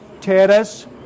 Terrace